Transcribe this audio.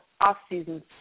off-seasons